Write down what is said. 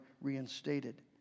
reinstated